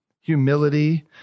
humility